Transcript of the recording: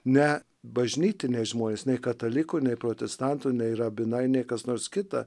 ne bažnytiniai žmonės nei katalikų nei protestantų nei rabinai nei kas nors kita